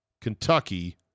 Kentucky